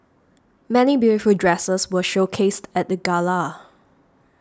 many beautiful dresses were showcased at the gala